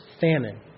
famine